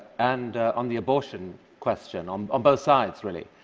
and on the abortion question, on on both sides, really.